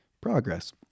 Progress